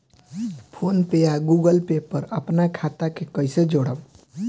PhonePe या Google Pay पर अपना खाता के कईसे जोड़म?